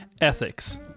Ethics